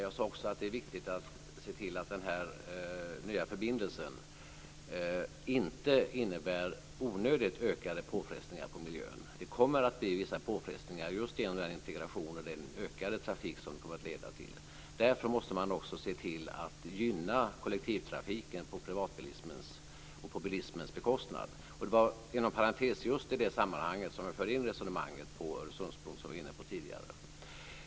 Jag sade också att det är viktigt att se till att den nya förbindelsen inte innebär onödigt ökade påfrestningar på miljön. Det kommer att bli vissa påfrestningar just genom den integration och den ökade trafik som den kommer att leda till. Därför måste man se till att gynna kollektivtrafiken på bilismens bekostnad. Det var, inom parentes sagt, just i det sammanhanget som jag förde in resonemanget på Öresundsbron, som vi var inne på tidigare.